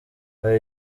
hari